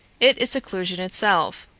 it is seclusion itself.